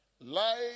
Life